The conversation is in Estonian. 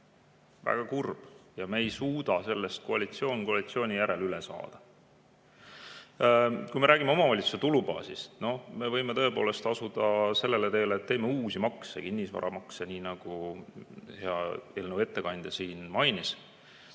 Väga kurb! Ja me ei suuda sellest koalitsioon koalitsiooni järel üle saada. Kui me räägime omavalitsuste tulubaasist, siis me võime tõepoolest asuda sellele teele, et teeme uusi makse, näiteks kinnisvaramaksu, nagu hea eelnõu ettekandja siin mainis.